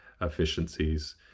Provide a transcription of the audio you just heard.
efficiencies